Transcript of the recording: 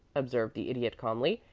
observed the idiot, calmly.